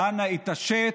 הביטחון: אנא, התעשת.